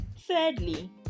thirdly